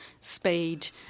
speed